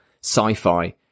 sci-fi